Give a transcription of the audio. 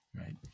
right